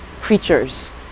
creatures